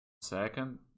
Second